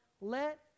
let